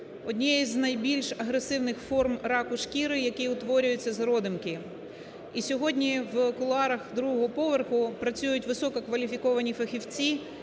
однієї з найбільш агресивних форм раку шкіри, який утворюється з родимки. І сьогодні в кулуарах другого поверху працюють висококваліфіковані фахівці,